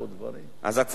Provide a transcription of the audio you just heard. אז הצעת החוק שלנו,